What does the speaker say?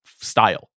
style